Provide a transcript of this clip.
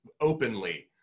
openly